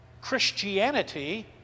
Christianity